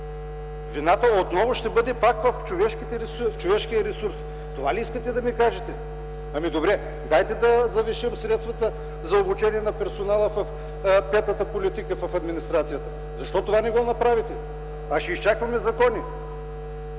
вината отново ще бъде пак в човешкия ресурс? Това ли искате да ми кажете? Добре, дайте да завишим средствата за обучение на персонала в петата политика в администрацията. Защо не направите това, а ще изчакваме закони?